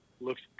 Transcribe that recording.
Looks